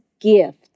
gift